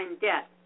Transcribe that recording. debt